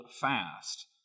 fast